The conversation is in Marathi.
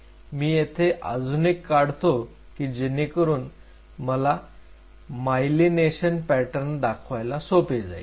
मी येथे अजून एक काढतो की जेणेकरून मला मायलिनेशन पॅटर्न दाखवायला सोपे जाईल